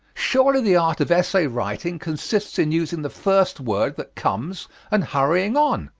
surely the art of essay-writing consists in using the first word that comes and hurrying on.